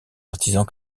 artisans